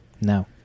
No